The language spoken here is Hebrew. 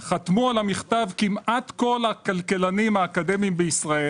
חתמו על המכתב כמעט כל הכלכלנים האקדמיים בישראל.